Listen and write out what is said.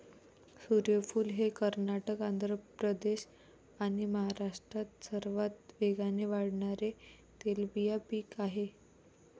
सूर्यफूल हे कर्नाटक, आंध्र प्रदेश आणि महाराष्ट्रात सर्वात वेगाने वाढणारे तेलबिया पीक आहे